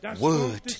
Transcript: word